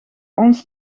ons